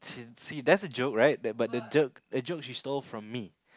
see see that's a joke right that but that joke that joke she stole from me